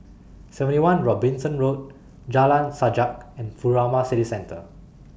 seventy one Robinson Road Jalan Sajak and Furama City Centre